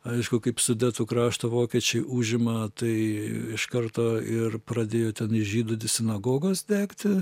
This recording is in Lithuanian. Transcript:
aišku kaip sudetų kraštą vokiečiai užima tai iš karto ir pradėjo tenai žydų sinagogos degti